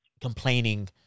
complaining